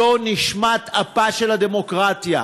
זו נשמת אפה של הדמוקרטיה.